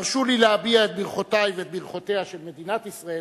הרשו לי להביע את ברכותי ואת ברכותיה של מדינת ישראל,